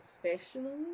professionally